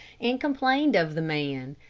and complained of the man,